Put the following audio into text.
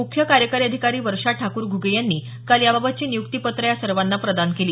मुख्य कार्यकारी अधिकारी वर्षा ठाकूर घुगे यांनी काल याबाबतची नियुक्तीपत्रं या सर्वांना प्रदान केली